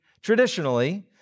traditionally